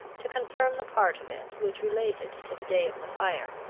to confirm the part of it which related to the day of the fire.